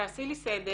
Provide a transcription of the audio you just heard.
תעשי לי סדר